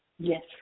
Yes